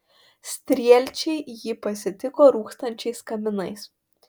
strielčiai jį pasitiko rūkstančiais kaminais